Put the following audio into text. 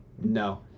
No